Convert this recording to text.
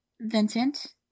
Vincent